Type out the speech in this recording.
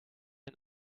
ein